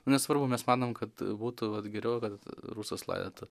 nesvarbu mes manom kad būtų vat geriau kad rusas laidotų